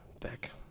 Back